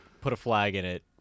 put-a-flag-in-it